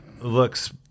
Looks